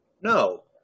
No